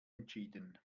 entschieden